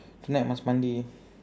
tonight must mandi